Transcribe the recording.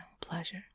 pleasure